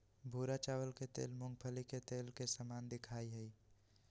भूरा चावल के तेल मूंगफली के तेल के समान दिखा हई